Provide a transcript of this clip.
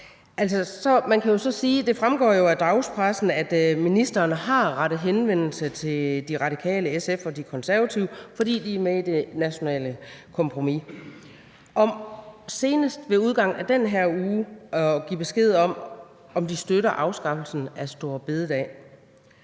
jo fremgår af dagspressen, at ministeren har rettet henvendelse til De Radikale, SF og De Konservative, fordi de er med i det nationale kompromis, om senest ved udgangen af den her uge at give besked om, om de støtter afskaffelsen af store bededag.